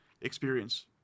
experience